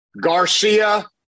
Garcia